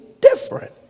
different